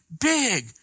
Big